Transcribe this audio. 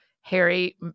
Harry